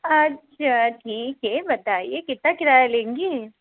अच्छा ठीक हे बताइए कितना किराया लेंगे